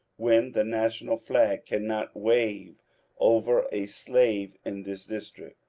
when the national flag cannot wave over a slave in this district,